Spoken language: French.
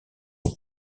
aux